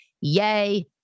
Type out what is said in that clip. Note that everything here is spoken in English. Yay